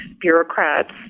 bureaucrats